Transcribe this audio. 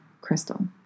Crystal